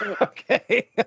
Okay